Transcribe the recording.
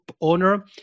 owner